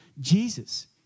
Jesus